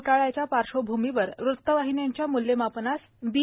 घोटाळ्याच्या पार्श्वभूमीवर वृत्तवाहिन्यांच्या मूल्यमापनास बी